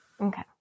Okay